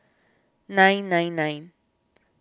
nine nine nine